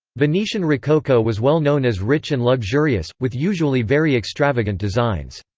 venetian rococo was well known as rich and luxurious, with usually very extravagant designs.